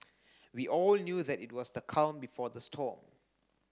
we all knew that it was the calm before the storm